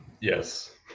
yes